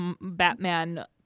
Batman